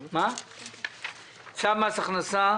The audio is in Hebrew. צו מס הכנסה